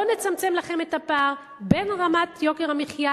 לא נצמצם לכם את הפער בין רמת יוקר המחיה